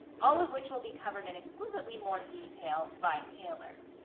all of which will be covered in exquisitely more detail by taylor.